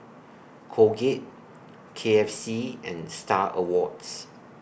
Colgate K F C and STAR Awards